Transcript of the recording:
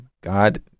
God